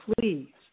please